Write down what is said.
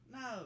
No